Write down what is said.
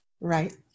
Right